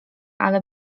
ale